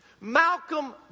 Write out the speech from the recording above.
Malcolm